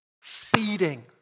Feeding